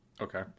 Okay